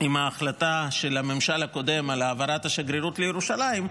עם ההחלטה של הממשל הקודם על העברת השגרירות לירושלים.